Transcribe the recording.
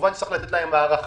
כמובן שצריך לתת להם הארכה,